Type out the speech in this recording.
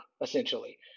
essentially